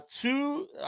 Two